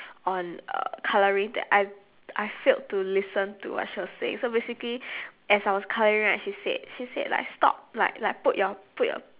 on uh colouring that I I failed to listen to what she was saying so basically as I was colouring right she said she said like stop like like put your put your